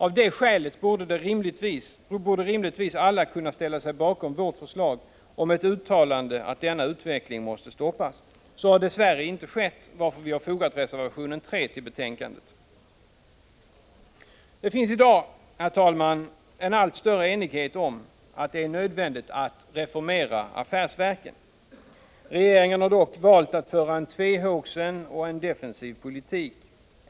Av det skälet borde alla rimligtvis kunna ställa sig bakom vårt förslag om ett uttalande om att denna utveckling måste stoppas. Så har dess värre inte skett, varför vi har fogat reservation 3 till betänkandet. Herr talman! Det finns i dag en allt större enighet om att det är nödvändigt att reformera affärsverken. Regeringen har dock valt att föra en tvehågsen och defensiv politik.